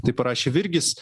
tai parašė virgis